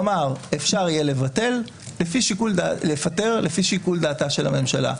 כלומר, אפשר יהיה לפטר לפי שיקול דעתה של הממשלה.